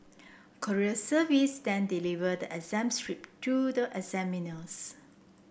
courier service then deliver the exam script to the examiners